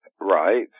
Right